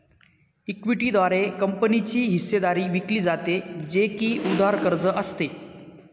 equity द्वारे कंपनीची हिस्सेदारी विकली जाते, जे की उधार कर्ज असते